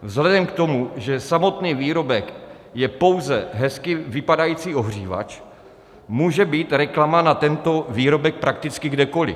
Vzhledem k tomu, že samotný výrobek je pouze hezky vypadající ohřívač, může být reklama na tento výrobek prakticky kdekoliv.